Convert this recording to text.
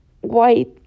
white